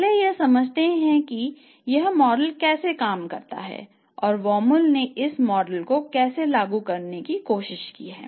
पहले यह समझते हैं कि यह मॉडल कैसे काम करता है और Baumol ने इस मॉडल को कैसे लागू करने की कोशिश की है